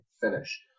finish